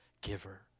giver